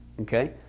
Okay